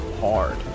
hard